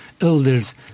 Elders